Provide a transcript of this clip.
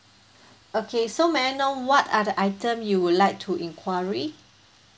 okay so may I know what are the item you would like to inquiry